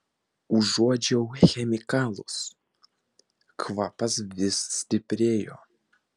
užuodžiau chemikalus kvapas vis stiprėjo